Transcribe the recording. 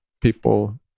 people